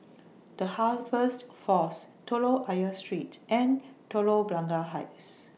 The Harvest Force Telok Ayer Street and Telok Blangah Heights